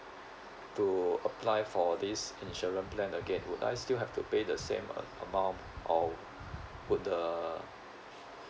to apply for this insurance plan again would I still have to pay the same a~ amount or would the